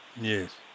Yes